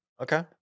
Okay